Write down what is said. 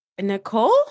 nicole